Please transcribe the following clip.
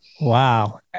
wow